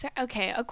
Okay